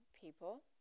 people